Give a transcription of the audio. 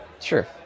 Sure